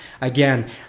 again